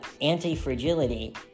Anti-fragility